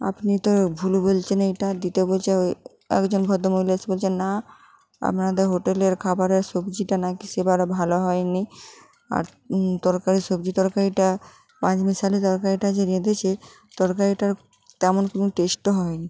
আপনি তো ভুল বলছেন এইটা দিতে বলছে ওই একজন ভদ্রমহিলা এসে বলছে না আপনাদের হোটেলের খাবারে সবজিটা নাকি সেবারে ভালো হয় নি আর তরকারির সবজি তরকারিটা পাঁচমিশালি তরকারিটা যে রেঁধেছে তরকারিটার তেমন কোনো টেস্টও হয় নি